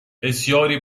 بسیاری